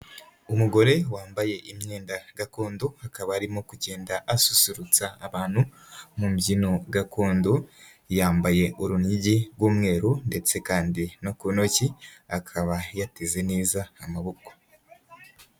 Umugore wambaye imyenda gakondo akaba arimo kugenda asusurutsa abantu, mu mbyino gakondo, yambaye urunigi rw'umweru ndetse kandi no ku ntoki, akaba yateze neza amaboko.